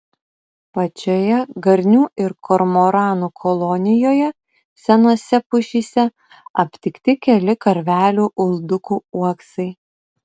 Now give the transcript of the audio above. pačioje garnių ir kormoranų kolonijoje senose pušyse aptikti keli karvelių uldukų uoksai